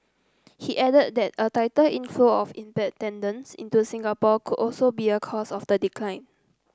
he added that a tighter inflow of expat tenants into Singapore could also be a cause of the decline